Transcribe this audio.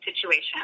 situation